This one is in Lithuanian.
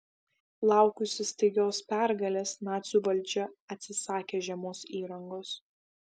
laukusi staigios pergalės nacių valdžia atsisakė žiemos įrangos